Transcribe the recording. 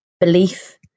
belief